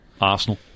Arsenal